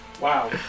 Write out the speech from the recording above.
Wow